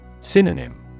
Synonym